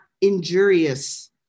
injurious